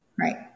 right